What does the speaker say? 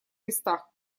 местах